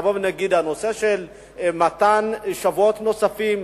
נבוא ונגיד: הנושא של מתן שבועות נוספים